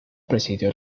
presidió